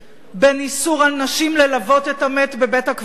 בין איסור על נשים ללוות את המת בבית-הקברות,